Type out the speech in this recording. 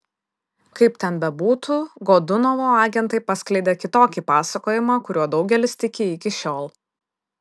kaip ten bebūtų godunovo agentai paskleidė kitokį pasakojimą kuriuo daugelis tiki iki šiol